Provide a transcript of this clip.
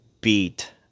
beat